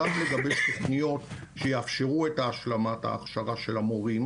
גם לגבש תוכניות שיאפשרו את השלמת ההכשרה של המורים